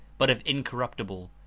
but of incor ruptible,